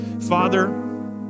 Father